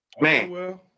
Man